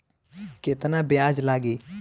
केतना ब्याज लागी?